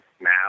now